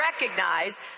recognize